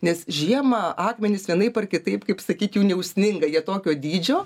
nes žiemą akmenys vienaip ar kitaip kaip sakykim neužsninga jie tokio dydžio